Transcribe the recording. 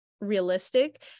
realistic